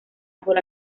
bajo